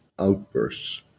outbursts